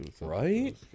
Right